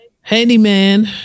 Handyman